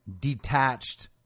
detached